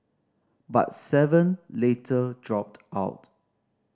but seven later dropped out